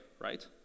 right